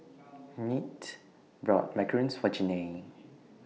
Kinte bought Macarons For Janae